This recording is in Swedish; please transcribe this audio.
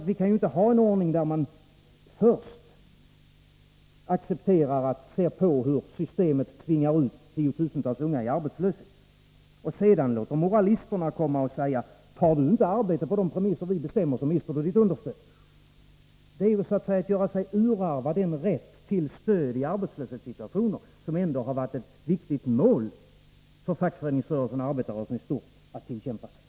Vi kan ju inte ha en ordning där man först accepterar att se på hur systemet tvingar ut tiotusentals unga i arbetslöshet och sedan låter moralisterna komma och säga: Tar du inte arbete på de premisser vi bestämmer, så mister du ditt understöd. Det är att göra sig urarva den rätt till stöd i arbetslöshetssituationen som det ändå varit ett viktigt mål för fackföreningsrörelsen och arbetarrörelsen i stort att tillkämpa sig.